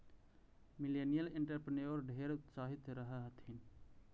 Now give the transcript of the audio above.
millennial entrepreneur ढेर उत्साहित रह हथिन